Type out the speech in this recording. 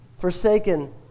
forsaken